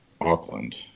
Auckland